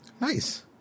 Nice